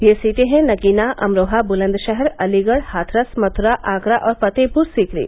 ये सीटें हैं नगीना अमरोहा बुलंदशहर अलीगढ़ हाथरस मथुरा आगरा और फतेहपुर सीकरी